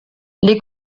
les